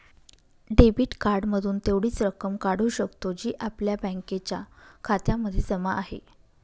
debit card मधून तेवढीच रक्कम काढू शकतो, जी आपल्या बँकेच्या खात्यामध्ये जमा आहे